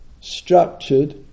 structured